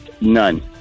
none